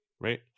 right